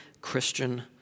Christian